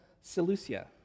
Seleucia